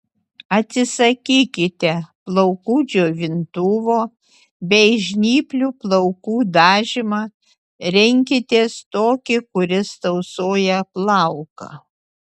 atsisakykite plaukų džiovintuvo bei žnyplių plaukų dažymą rinkitės tokį kuris tausoja plauką